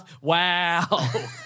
Wow